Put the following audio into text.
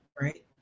right